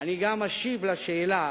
אני גם אשיב על השאלה